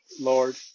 Lord